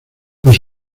los